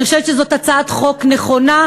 אני חושבת שזאת הצעת חוק נכונה,